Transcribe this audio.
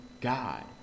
God